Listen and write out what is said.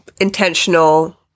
intentional